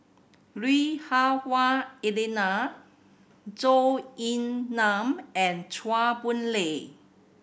Lui Hah Wah Elena Zhou Ying Nan and Chua Boon Lay